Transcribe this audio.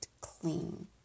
clean